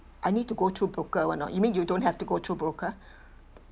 I need to go through broker [one] or not you mean you don't have to go through broker